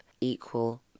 equal